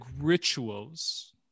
rituals